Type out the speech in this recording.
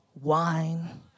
wine